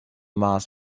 mass